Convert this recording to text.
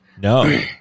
No